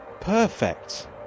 perfect